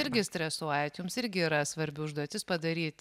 irgi stresuojat jums irgi yra svarbi užduotis padaryt